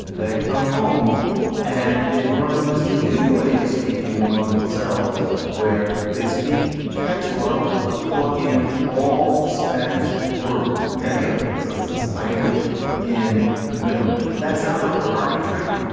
they come home and they've learned this new way of speaking among themselves where they speak, catch wa, but plug in all spanish words, nethiah language. so it's this language in the middle that sounds like a party trick,